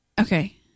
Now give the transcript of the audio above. Okay